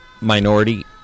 minority